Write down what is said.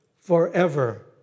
forever